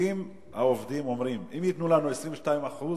העובדים אומרים: אם ייתנו לנו 22.5%,